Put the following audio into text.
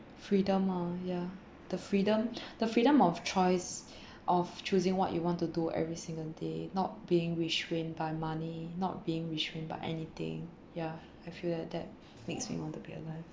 freedom ah ya the freedom the freedom of choice of choosing what you want to do every single day not being restrained by money not being restrained by anything ya I feel that that makes me want to be alive